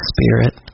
Spirit